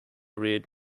read